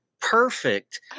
perfect